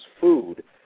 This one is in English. food